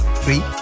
three